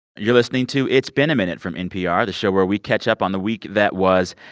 you're listening to it's been a minute from npr, the show where we catch up on the week that was.